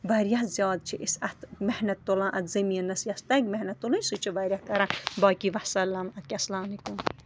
واریاہ زیادٕ چھِ أسۍ اَتھ محنت تُلان اَتھ زٔمیٖنَس یَس تَگہِ محنت تُلٕنۍ سُہ چھِ واریاہ کَران باقی وَسَلام اَدٕ کیٛاہ اَسلامُ علیکُم